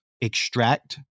extract